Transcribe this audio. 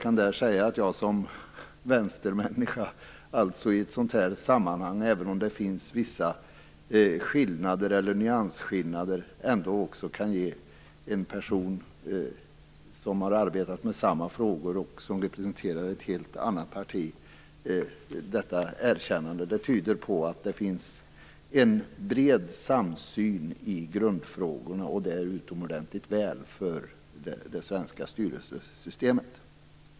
Att jag som vänstermänniska i ett sådant här sammanhang ändå kan ge en person som arbetat med samma frågor men representerar ett helt annat parti detta erkännande, tyder på att det finns en bred samsyn i grundfrågorna. Det är utomordentligt bra för det svenska styrelsesystemet.